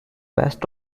best